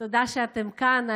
תודה שאתן כאן,